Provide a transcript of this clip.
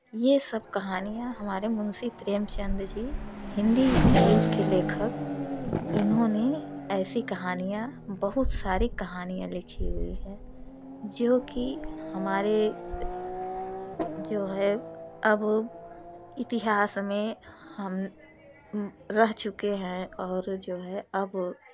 ये सब कहानियाँ हमारे मुंशी प्रेमचंद जी हिंदी युग के लेखक इन्होंने ऐसी कहानियाँ बहुत सारी कहानियाँ लिखी हुई हैं जो कि हमारे जो है अब इतिहास में हम रह चुके हैं और जो है अब